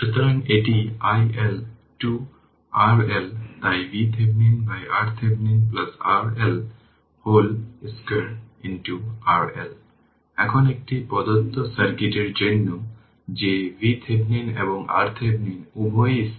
সুতরাং এর পরেরটি হল একটি সিঙ্গুলারিটি ফাঙ্কশন কারণ আমাদের একটি নিতে হবে যে সার্কিটে সোর্সটি কোথায় আছে